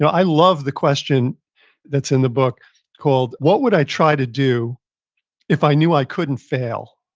i love the question that's in the book called what would i try to do if i knew i couldn't fail?